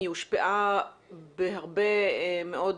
היא הושפעה בהרבה מאוד,